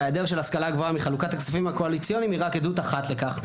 והיעדר ההשכלה הגבוהה מחלוקת הכספים הקואליציוניים היא רק עדות אחת לכך.